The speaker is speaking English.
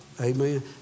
Amen